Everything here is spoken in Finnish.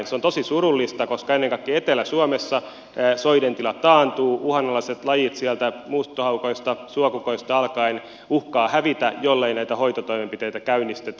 se on tosi surullista koska ennen kaikkea etelä suomessa soiden tila taantuu uhanalaiset lajit sieltä muuttohaukoista suokukoista alkaen uhkaavat hävitä jollei näitä hoitotoimenpiteitä käynnistetä